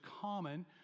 common